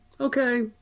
okay